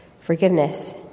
forgiveness